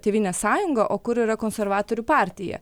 tėvynės sąjunga o kur yra konservatorių partija